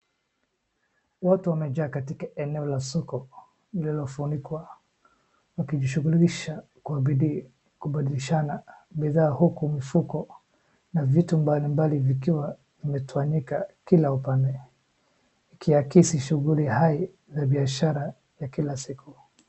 Watu wamejaa katika eneo la soko lililofunikwa, wakijishughulisha kwa bidii kubadilishana bidhaa huku mifuko na vitu mbalimbali vikiwa vimetawanyika kila upande, ikiakisi shughuli hai za biashara ya kila siku.